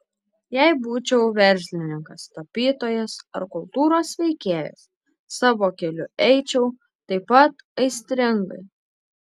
jei būčiau verslininkas tapytojas ar kultūros veikėjas savo keliu eičiau taip pat aistringai